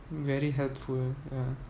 very helpful ya